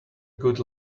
good